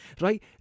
right